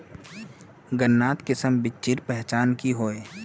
गन्नात किसम बिच्चिर पहचान की होय?